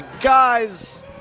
Guys